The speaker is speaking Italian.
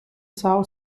são